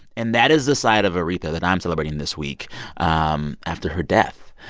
and that is the side of aretha that i'm celebrating this week um after her death.